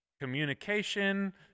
communication